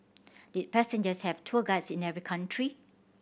did passengers have tour guides in every country